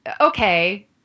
okay